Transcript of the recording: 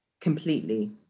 completely